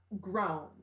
grown